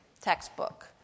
textbook